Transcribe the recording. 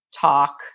talk